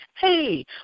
hey